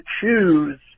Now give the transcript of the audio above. choose